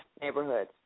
neighborhoods